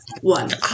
one